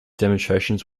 demonstrations